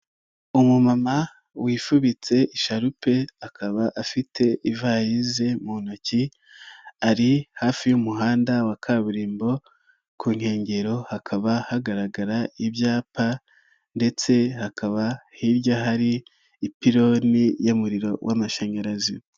Umumama wifubitse isharupe akaba afite ivarisi mu ntoki ari hafi y'umuhanda wa kaburimbo ku nkengero hakaba hagaragara ibyapa ndetse hakaba hirya hari ipironi y'umuriro w'amashanyarazi.